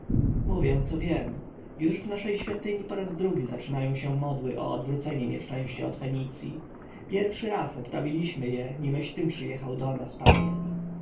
mówię co wiem już w naszej świątyni po raz drugi zaczynają się modły o odwrócenie nieszczęścia od fenicji pierwszy raz odprawialiśmy je nimeś ty przyjechał do nas panie